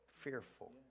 fearful